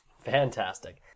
Fantastic